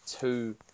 two